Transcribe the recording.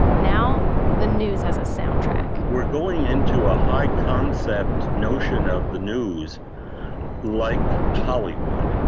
now the news has a soundtrack, we're going into a high concept notion of the news like hollywood,